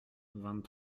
vingt